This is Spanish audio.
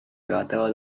trataba